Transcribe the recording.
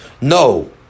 No